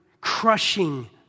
crushing